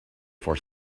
for